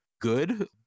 good